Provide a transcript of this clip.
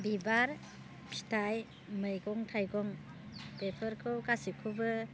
बिबार फिथाइ मैगं थाइगं बेफोरखौ गासिखौबो